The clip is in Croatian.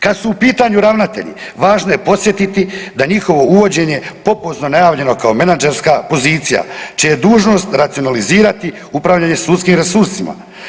Kad su u pitanju ravnatelji važno je podsjetiti da njihovo uvođenje pompozno najavljeno kao menadžerska pozicija, čija je dužnost racionalizirati upravljanje sudskim resursima.